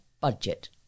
budget